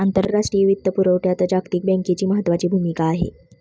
आंतरराष्ट्रीय वित्तपुरवठ्यात जागतिक बँकेची महत्त्वाची भूमिका आहे